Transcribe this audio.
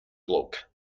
bloke